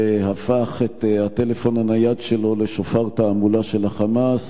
שהפך את הטלפון הנייד שלו לשופר תעמולה של ה"חמאס".